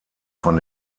von